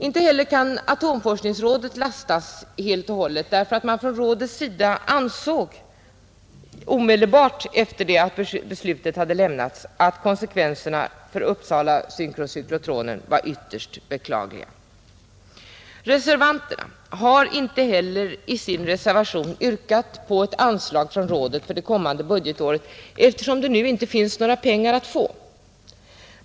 Inte heller kan atomforskningsrådet lastas helt och hållet; rådet ansåg nämligen omedelbart efter det beslutet hade fattats att konsekvenserna för synkrocyklotronen i Uppsala var ytterst beklagliga. Reservanterna har inte heller i sin reservation yrkat på ett anslag från rådet för det kommande budgetåret eftersom det inte finns några pengar att få.